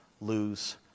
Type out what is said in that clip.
lose